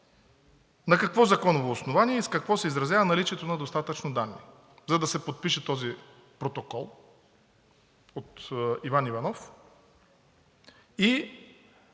на какво законово основание, с какво се изразява наличието на достатъчно данни, за да се подпише този протокол от Иван Иванов;